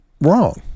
wrong